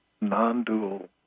non-dual